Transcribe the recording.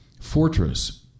fortress